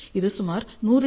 இது சுமார் 100 டி